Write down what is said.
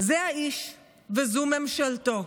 זה האיש וזו ממשלתו.